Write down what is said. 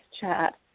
chat